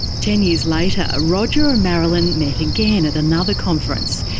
ten years later, roger and marilyn met again at another conference,